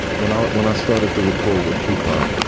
when i when i started to record with tupac.